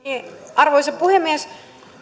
arvoisa puhemies